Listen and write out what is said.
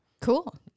Cool